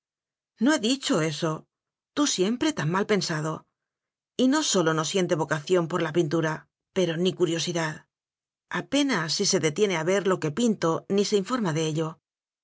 no he dicho eso tú siempre tan mal pensado y no sólo no siente vocación por la pintura pero ni curiosidad apenas si se detiene a ver lo que pintor ni se informa de ello